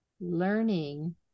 learning